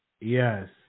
Yes